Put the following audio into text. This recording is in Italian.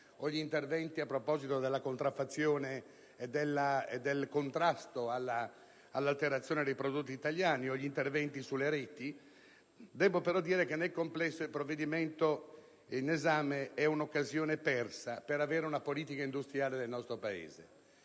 o gli interventi a proposito della contraffazione e del contrasto all'alterazione dei prodotti italiani), nel complesso devo dire però che il provvedimento è un'occasione persa per avere una politica industriale del nostro Paese.